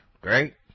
Great